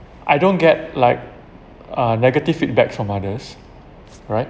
I don't get like uh negative feedback from others right